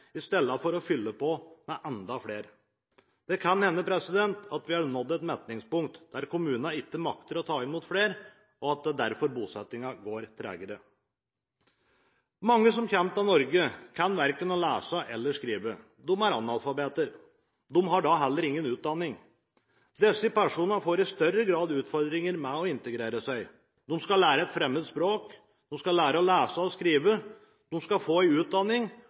her, istedenfor å fylle på med enda flere. Det kan hende at vi har nådd et metningspunkt der kommunene ikke makter å ta imot flere, og at det er derfor bosettingen går tregere. Mange som kommer til Norge, kan verken lese eller skrive – de er analfabeter. De har da heller ingen utdanning. Disse personene får i større grad utfordringer med å integrere seg. De skal lære et fremmed språk, de skal lære å lese og skrive, de skal få en utdanning,